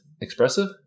expressive